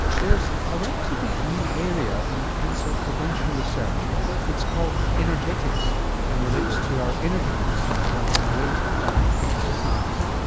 there's a relatively new area in cancer prevention research it's called energetics and relates to our energy use in terms of weight, diet and exercise.